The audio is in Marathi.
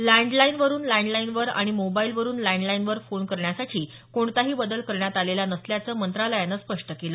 लँडलाईन वरुन लँडलाईनवर आणि मोबाईल वरुन लँडलाईनवर फोन करण्यासाठी कोणताही बदल करण्यात आलेला नसल्याचं मंत्रालयानं स्पष्ट केलं